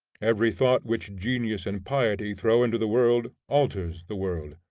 every thought which genius and piety throw into the world, alters the world.